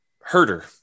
herder